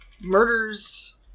murders